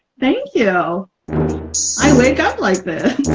thank you! know i wake up like this.